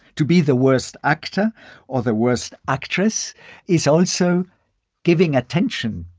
to be the worst actor or the worst actress is also giving attention.